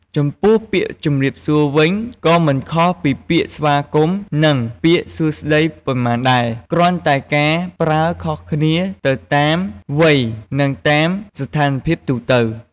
ចំពោះពាក្យ ជម្រាបសួរ វិញក៏មិនខុសពីពាក្យស្វាគមន៍ និងពាក្យសួស្ដីប៉ុន្មានដែរ គ្រាន់តែការប្រើខុសគ្នាទៅតាមវ័យ និងតាមស្ថានភាពទូទៅ។